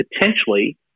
potentially